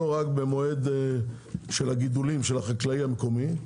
רק במועד של הגידולים של החקלאי המקומי,